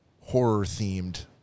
horror-themed